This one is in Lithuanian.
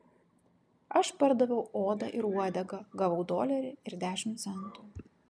aš pardaviau odą ir uodegą gavau dolerį ir dešimt centų